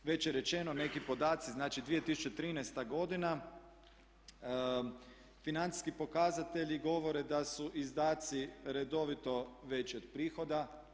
Već je rečeno neki podaci, znači 2013. godina financijski pokazatelji govore da su izdaci redovito veći od prihoda.